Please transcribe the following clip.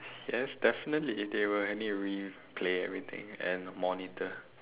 yes definitely they will need to replay everything and monitor